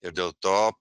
ir dėl to